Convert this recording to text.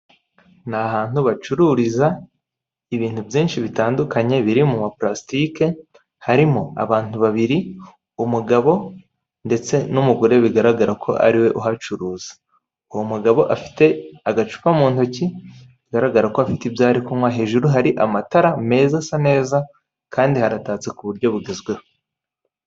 Ni ahantu bacururiza ibintu byinshi bitandukanye biri mu ma purasitike, harimo abantu babiri umugabo ndetse n'umugore bigaragara ko ariwe uhacuruza. Uwo mugabo afite agacupa mu ntoki bigaragara ko afite ibyo kunywa, hejuru hari amatara meza asa neza, kandi haratatse ku buryo bugezweho.